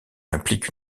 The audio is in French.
implique